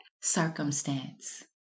circumstance